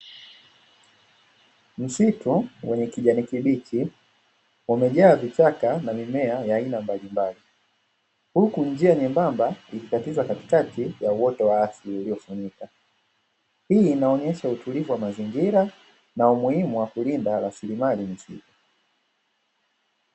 Msitu wenye kijani kibichi, umejaa vichaka na mimea ya aina mbalimbali. Huku njia nyembamba ikikatiza katikati ya uoto wa asili uliofunikwa. Hii inaonesha utulivu wa mazingira na umuhimu wa kulinda rasilimali za misitu.